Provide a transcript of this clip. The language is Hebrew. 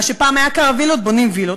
מה שפעם היה קרווילות, בונים וילות.